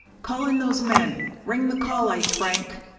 call in those men! ring the call-lights, franck!